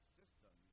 system